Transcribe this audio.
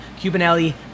cubanelli